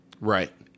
Right